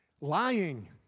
Lying